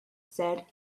said